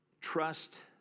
trust